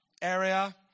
area